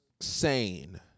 sane